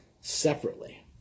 separately